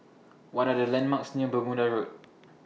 What Are The landmarks near Bermuda Road